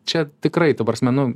čia tikrai ta prasme nu